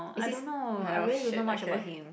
is his oh shit okay